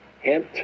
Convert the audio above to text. Hint